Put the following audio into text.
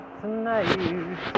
tonight